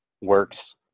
works